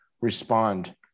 respond